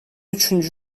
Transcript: üçüncü